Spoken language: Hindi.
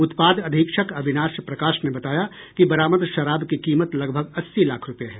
उत्पाद अधीक्षक अविनाश प्रकाश ने बताया कि बरामद शराब की कीमत लगभग अस्सी लाख रूपये है